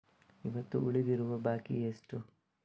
ಇವತ್ತು ಉಳಿದಿರುವ ಬಾಕಿ ಎಷ್ಟು?